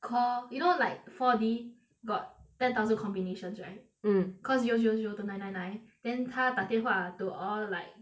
call you know like four D got ten thousand combinations right mm call zero zero zero two nine nine nine then 他打电话 to all like